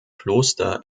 kloster